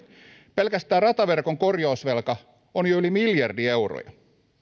pelkästään rataverkon korjausvelka on jo yli miljardi euroa